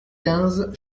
quinze